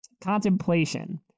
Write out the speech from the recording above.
contemplation